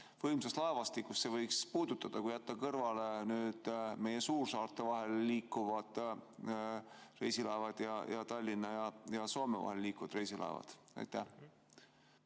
võimsast laevastikust see võiks puudutada, kui jätta kõrvale meie suursaarte vahel liikuvad reisilaevad ning Tallinna ja Soome vahel liikuvad reisilaevad? Suur